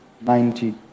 ninety